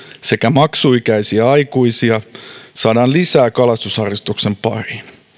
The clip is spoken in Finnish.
sekä maksuikäisiä aikuisia saadaan lisää kalastusharrastuksen pariin